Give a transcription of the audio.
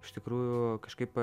iš tikrųjų kažkaip